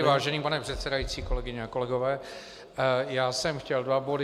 Vážený pane předsedající, kolegyně a kolegové, já jsem chtěl dva body.